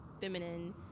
feminine